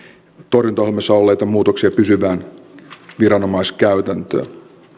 torjuntaohjelmassa olleita muutoksia pysyvään viranomaiskäytäntöön